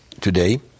today